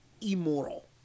immoral